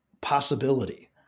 possibility